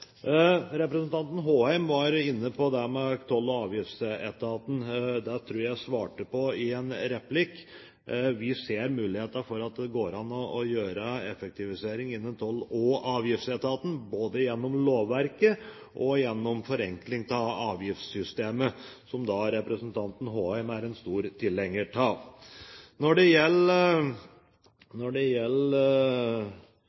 Representanten Håheim var inne på det med Toll- og avgiftsetaten. Det tror jeg at jeg svarte på i en replikk. Vi ser muligheten for at det går an å foreta en effektivisering innen Toll- og avgiftsetaten, både gjennom lovverket og gjennom en forenkling av avgiftssystemet, som representanten Håheim er en stor tilhenger av. Når det gjelder